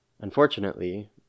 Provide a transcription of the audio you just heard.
unfortunately